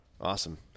Awesome